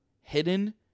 hidden